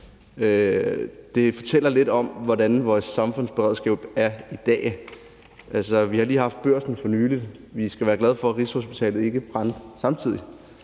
det fortæller lidt om, hvordan vores samfundsberedskab er i dag. Vi har lige for nylig haft branden i Børsen, og vi skal være glade for, at Rigshospitalet ikke brændte samtidig,